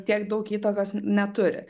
tiek daug įtakos neturi